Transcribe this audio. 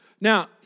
Now